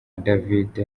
david